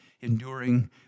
enduring